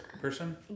person